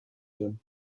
doen